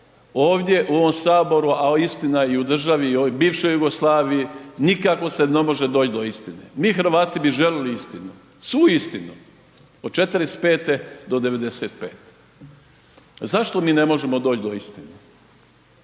ovdje u ovom Saboru a istina i u državi i u bivšoj Jugoslaviji, nikako se ne može doći do istine. Mi Hrvatski bi željeli istinu, svu istinu. Od '45. do '95. Zašto mi ne možemo doć do istine?